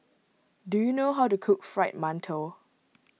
do you know how to cook Fried Mantou